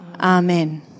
Amen